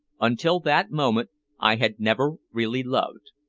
until that moment i had never really loved.